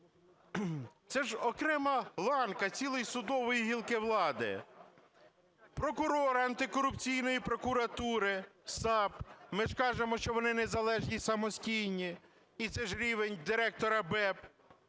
це ж окрема ланка цілої судової ланки; прокурорів Антикорупційної прокуратури (САП), ми ж кажемо, що вони незалежні, самостійні, і це ж рівень Директора БЕБ;